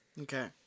Okay